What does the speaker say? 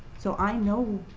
so i know